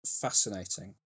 fascinating